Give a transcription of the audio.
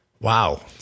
Wow